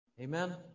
Amen